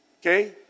Okay